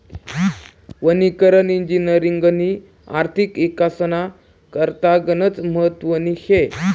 वनीकरण इजिनिअरिंगनी आर्थिक इकासना करता गनच महत्वनी शे